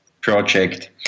project